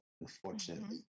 unfortunately